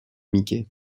mickey